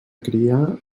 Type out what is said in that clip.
criar